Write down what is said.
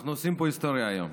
אנחנו עושים פה היסטוריה היום.